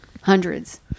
Hundreds